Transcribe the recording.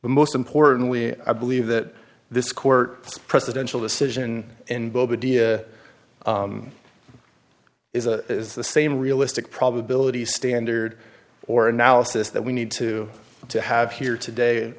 most importantly i believe that this court presidential decision is a is the same realistic probability standard or analysis that we need to to have here today